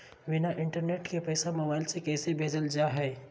बिना इंटरनेट के पैसा मोबाइल से कैसे भेजल जा है?